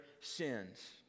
sins